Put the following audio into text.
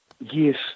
Yes